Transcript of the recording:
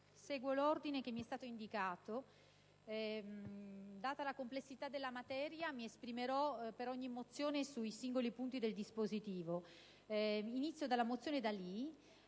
seguo l'ordine che mi è stato indicato e, data la complessità della materia, mi esprimerò per ogni mozione, sui singoli punti del dispositivo. Inizio dalla mozione n.